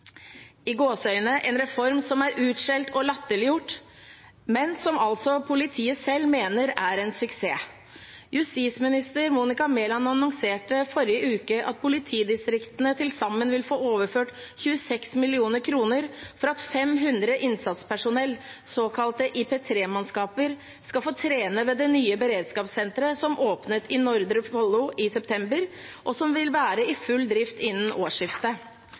en reform som er utskjelt og latterliggjort, men som altså politiet selv mener er en suksess. Justisminister Monica Mæland annonserte forrige uke at politidistriktene til sammen vil få overført 26 mill. kr for at 500 innsatspersonell, såkalte IP3-mannskaper, skal få trene ved det nye beredskapssenteret som åpnet i Nordre Follo i september, og som vil være i full drift innen årsskiftet.